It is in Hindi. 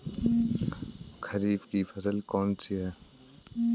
खरीफ की फसल कौन सी है?